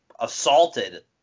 assaulted